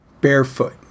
barefoot